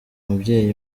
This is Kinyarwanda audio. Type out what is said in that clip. mubyeyi